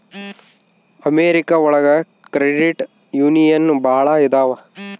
America ಒಳಗ credit union ಭಾಳ ಇದಾವ